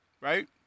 right